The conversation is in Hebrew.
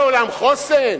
לעולם חוסן?